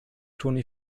toni